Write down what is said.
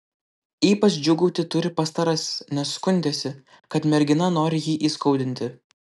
ypač džiūgauti turi pastarasis nes skundėsi kad mergina nori jį įskaudinti